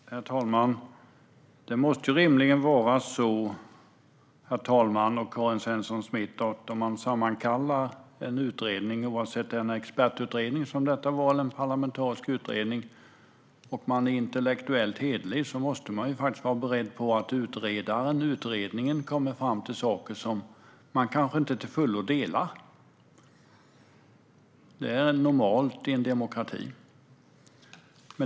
Herr talman! Det måste rimligen vara så, Karin Svensson Smith, att om man sammankallar en utredning, oavsett om det är en expertutredning, som detta var, eller en parlamentarisk utredning, och är intellektuellt hederlig måste man vara beredd på att utredningen kommer fram till saker som man kanske inte till fullo delar. Det är normalt i en demokrati.